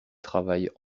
travaillent